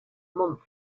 month